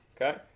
Okay